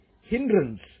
hindrance